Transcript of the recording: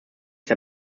der